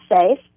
safe